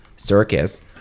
circus